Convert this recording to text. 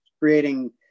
creating